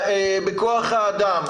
בכוח האדם,